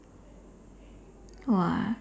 !wah!